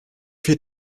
fehlt